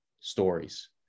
stories